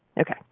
Okay